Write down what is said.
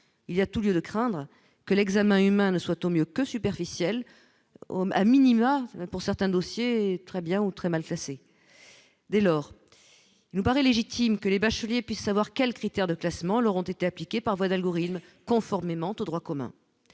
il y a tout lieu de craindre que l'examen humain ne soit au mieux que superficielle homme a minima pour certains dossiers très bien ou très mal passé, dès lors nous paraît légitime que les bacheliers puisse savoir quels critères de classement leur ont été appliquées par voie d'algorithmes conformément au droit commun,